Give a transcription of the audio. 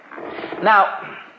Now